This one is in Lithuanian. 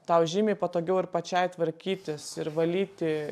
tau žymiai patogiau ir pačiai tvarkytis ir valyti